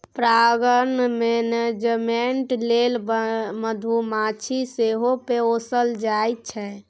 परागण मेनेजमेन्ट लेल मधुमाछी सेहो पोसल जाइ छै